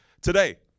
today